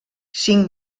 cinc